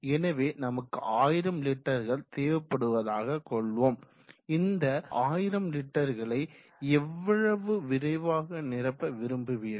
எனவே நமக்கு 1000 லிட்டர்கள் தேவைப்படுவதாக கொள்வோம் இந்த 1000 லிட்டர்களை எவ்வளவு விரைவாக நிரப்ப விரும்புவீர்கள்